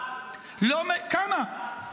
כמה?